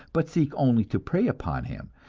but seek only to prey upon him,